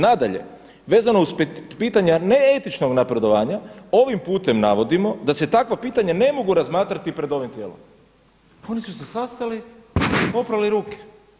Nadalje, vezano uz pitanje neetičnog napredovanja ovim putem navodimo da se takva pitanja ne mogu razmatrati pred ovim tijelom. pa oni su se sastali, oprali ruke.